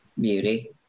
beauty